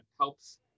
helps